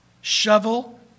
shovel